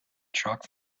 truck